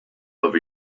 over